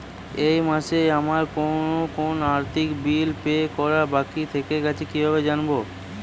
এই মাসে আমার কোন কোন আর্থিক বিল পে করা বাকী থেকে গেছে কীভাবে জানব?